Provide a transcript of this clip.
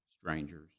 strangers